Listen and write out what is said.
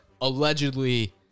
allegedly